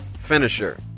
finisher